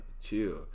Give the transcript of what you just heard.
chill